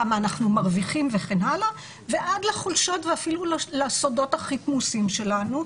כמה אנחנו מרוויחים וכן הלאה ועד לחולשות ולסודות הכי כמוסים שלנו,